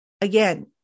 Again